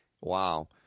wow